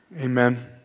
Amen